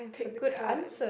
take the card